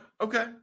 Okay